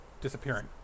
disappearing